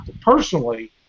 personally